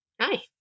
Hi